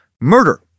murder